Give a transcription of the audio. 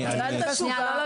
אני --- שנייה, לא.